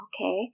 Okay